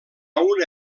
una